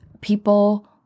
people